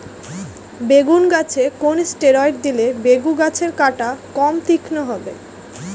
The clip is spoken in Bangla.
বেগুন গাছে কোন ষ্টেরয়েড দিলে বেগু গাছের কাঁটা কম তীক্ষ্ন হবে?